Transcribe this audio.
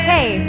Hey